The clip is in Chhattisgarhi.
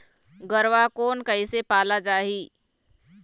गरवा कोन कइसे पाला जाही?